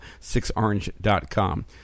SixOrange.com